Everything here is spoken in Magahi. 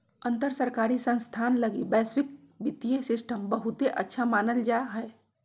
अंतर सरकारी संस्थान लगी वैश्विक वित्तीय सिस्टम बहुते अच्छा मानल जा हय